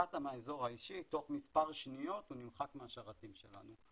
יצאת מהאזור האישי תוך מספר שניות הוא נמחק מהשרתים שלנו,